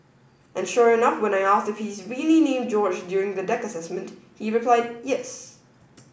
and sure enough when I asked if he's really named George during the deck assessment he replied yes